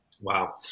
Wow